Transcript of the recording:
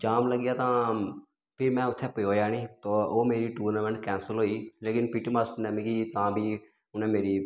जाम लग्गी गेआ तां फ्ही में उत्थैं पजोएआ नेईं तो ओह् मेरी टूर्नामेंट कैंसल होई गेई लेकिन पी टी मास्टर ने मिगी तां बी उ'नें मेरी